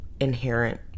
inherent